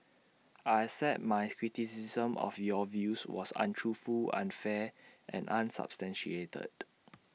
I accept that my criticism of your views was untruthful unfair and unsubstantiated